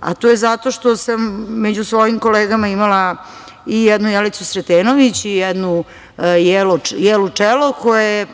a to je zato što sam među svojim kolegama imala i jednu Jelicu Sretenović i jednu Jelu Čelov, koje